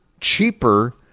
cheaper